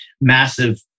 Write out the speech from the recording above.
massive